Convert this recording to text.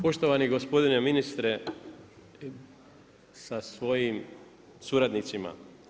Poštovani gospodine ministre sa svojim suradnicima.